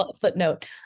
footnote